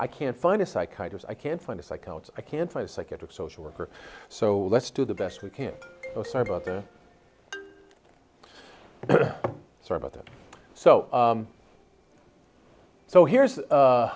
i can't find a psychologist i can't find a psychologist i can find a psychiatric social worker so let's do the best we can oh sorry about that sorry bout that so so here's